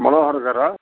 మనోహర్ గారా